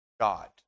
God